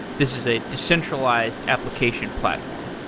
this is a decentralized application platform,